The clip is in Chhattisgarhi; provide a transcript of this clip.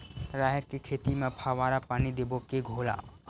राहेर के खेती म फवारा पानी देबो के घोला?